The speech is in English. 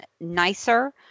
nicer